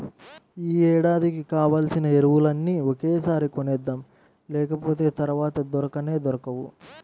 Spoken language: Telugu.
యీ ఏడాదికి కావాల్సిన ఎరువులన్నీ ఒకేసారి కొనేద్దాం, లేకపోతె తర్వాత దొరకనే దొరకవు